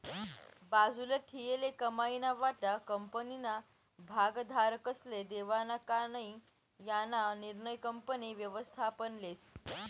बाजूले ठीयेल कमाईना वाटा कंपनीना भागधारकस्ले देवानं का नै याना निर्णय कंपनी व्ययस्थापन लेस